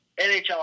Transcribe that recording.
NHL